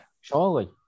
Surely